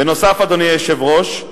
בנוסף, אדוני היושב-ראש,